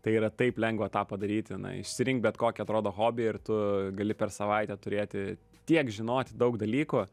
tai yra taip lengva tą padaryti na išsirink bet kokį atrodo hobį ir tu gali per savaitę turėti tiek žinoti daug dalykų